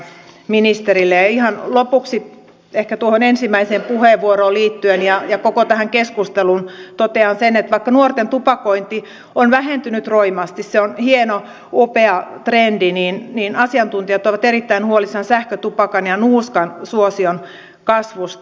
ja ihan lopuksi ehkä tuohon ensimmäiseen puheenvuoroon ja koko tähän keskusteluun liittyen totean sen että vaikka nuorten tupakointi on vähentynyt roimasti se on hieno upea trendi niin asiantuntijat ovat erittäin huolissaan sähkötupakan ja nuuskan suosion kasvusta